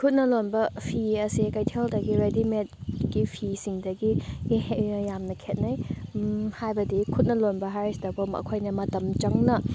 ꯈꯨꯠꯅ ꯂꯣꯟꯕ ꯐꯤ ꯑꯁꯦ ꯀꯩꯊꯦꯜꯗꯒꯤ ꯔꯦꯗꯤ ꯃꯦꯗꯀꯤ ꯐꯤꯁꯤꯡꯗꯒꯤ ꯌꯥꯝꯅ ꯈꯦꯠꯅꯩ ꯍꯥꯏꯕꯗꯤ ꯈꯨꯠꯅ ꯂꯣꯟꯕ ꯍꯥꯏꯔꯤꯁꯤꯗꯕꯨ ꯃꯈꯣꯏꯅ ꯃꯇꯝ ꯆꯪꯅ